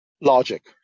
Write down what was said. logic